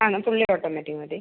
ആ എന്നാൽ fully automatic മതി